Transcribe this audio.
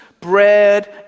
Bread